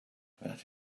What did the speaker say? that